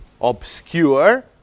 obscure